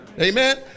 Amen